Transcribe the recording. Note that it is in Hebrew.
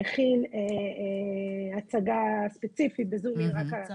שהכין הצגה ספציפית בזום רק על ההכשרות.